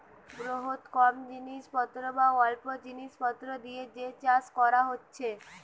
বহুত কম জিনিস পত্র বা অল্প জিনিস পত্র দিয়ে যে চাষ কোরা হচ্ছে